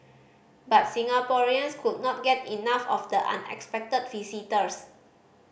but Singaporeans could not get enough of the unexpected visitors